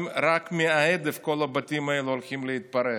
רק מההדף כל הבתים האלה הולכים להתפרק.